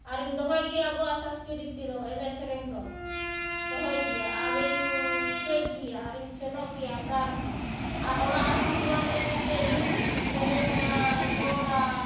ᱟᱨᱤᱧ ᱫᱚᱦᱚᱭ ᱜᱮᱭᱟ ᱟᱵᱚᱣᱟᱜ ᱥᱟᱥᱠᱨᱤᱛᱤ ᱫᱚ ᱮᱱᱮᱡ ᱥᱮᱨᱮᱧ ᱫᱚ ᱫᱚᱦᱚᱭ ᱜᱮᱭᱟ ᱟᱨᱤᱧ ᱪᱮᱫ ᱜᱮᱭᱟ ᱟᱨᱤᱧ ᱥᱮᱱᱚᱜ ᱜᱮᱭᱟ ᱟᱠᱷᱲᱟ ᱨᱮᱦᱚᱸ ᱟᱨ ᱚᱲᱟᱜ ᱨᱮᱦᱚᱸ ᱨᱩᱣᱟᱹᱲ ᱦᱮᱡ ᱠᱟᱛᱮ ᱤᱧ ᱥᱮᱨᱮᱧᱟ ᱤᱧ ᱨᱚᱲᱟ